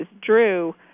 drew